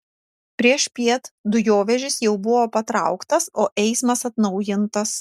priešpiet dujovežis jau buvo patrauktas o eismas atnaujintas